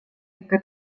ikka